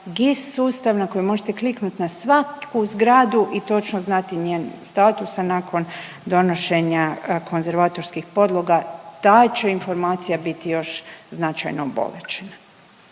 G sustav na koji možete kliknuti na svaku zgradu i točno znati njen status, a nakon donošenja konzervatorskih podloga ta će informacija biti još značajno obogaćena.